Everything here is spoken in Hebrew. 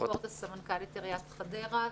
סמנכ"לית עיריית חדרה,